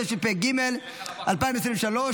התשפ"ג 2023,